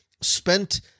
spent